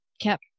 kept